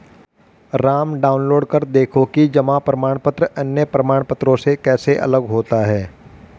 Ram download कर देखो कि जमा प्रमाण पत्र अन्य प्रमाण पत्रों से कैसे अलग होता है?